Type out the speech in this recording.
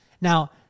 Now